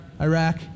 Iraq